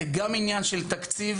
זה גם עניין של תקציב,